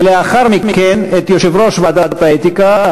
ולאחר מכן את יושב-ראש ועדת האתיקה,